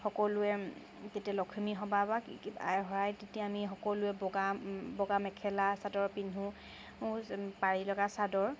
সকলোৱে তেতিয়া লখিমী সবাহ বা আই শৰাই আমি সকলোৱে বগা বগা মেখেলা চাদৰ পিন্ধো পাৰি লগা চাদৰ